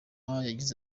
yagize